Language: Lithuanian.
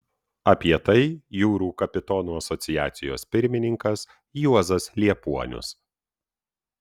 apie tai jūrų kapitonų asociacijos pirmininkas juozas liepuonius